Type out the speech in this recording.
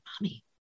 mommy